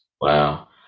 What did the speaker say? Wow